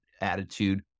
attitude